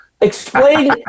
Explain